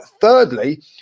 thirdly